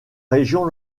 région